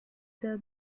der